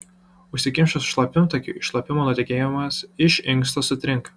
užsikimšus šlapimtakiui šlapimo nutekėjimas iš inksto sutrinka